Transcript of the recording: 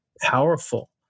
powerful